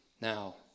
Now